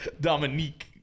Dominique